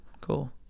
Cool